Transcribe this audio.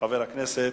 חברי חברי הכנסת,